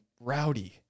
rowdy